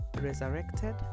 resurrected